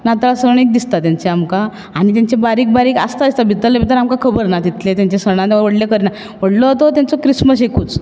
नाताळ सण एक दिसता तेंचे आमकां आनी तेंचे बारीक बारीक आसता दिसता भितरले भितर आमकां खबर ना तितले तेचें सणा तें व्हडले करना व्हडलो तो तेंचो क्रिस्मस एकूच